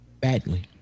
badly